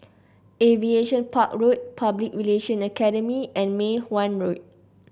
Aviation Park Road Public Relation Academy and Mei Hwan Road